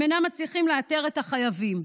הם אינם מצליחים לאתר את החייבים.